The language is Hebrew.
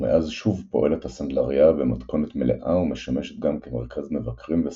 ומאז שוב פועלת הסנדלריה במתכונת מלאה ומשמשת גם כמרכז מבקרים וסדנאות.